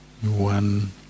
One